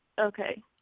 Okay